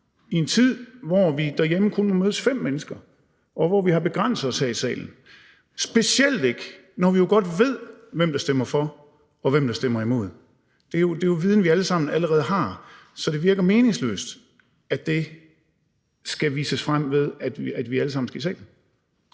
i en tid, hvor vi derhjemme kun må mødes fem mennesker, og hvor vi har begrænset os her i salen – specielt ikke når vi jo godt ved, hvem der stemmer for, og hvem der stemmer imod. Det er jo en viden, vi alle sammen allerede har. Så det virker meningsløst, at det skal vises frem, ved at vi alle sammen skal i salen.